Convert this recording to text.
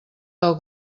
del